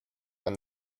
when